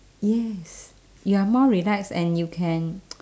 yes you're more relaxed and you can